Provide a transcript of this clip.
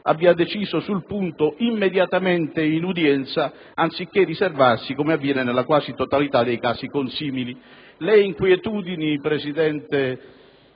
abbia deciso sul punto immediatamente, in udienza, anziché riservarsi, come avviene nella quasi totalità dei casi consimili. Le inquietudini del presidente